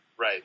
Right